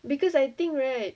because I think right